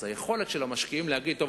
אז היכולת של המשקיעים להגיד: טוב,